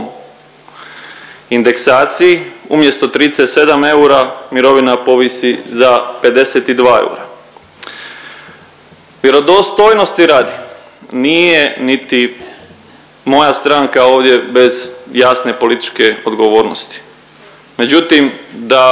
indeksaciji umjesto 37 eura mirovina povisi za 52 eura. Vjerodostojnosti radi nije niti moja stranka ovdje bez jasne političke odgovornosti, međutim da